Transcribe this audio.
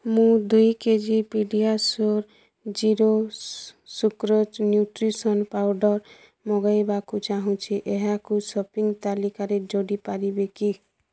ମୁଁ ଦୁଇ kg PediaSure zero sucrose nutrition powder ମଗାଇବାକୁ ଚାହୁଁଛି ଏହାକୁ ସପିଂ ତାଲିକାରେ ଯୋଡ଼ି ପାରିବେ କି